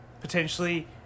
potentially